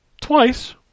Twice